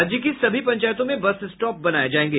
राज्य की सभी पंचायतों में बस स्टॉप बनाया जायेगा